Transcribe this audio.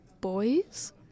boys